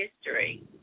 history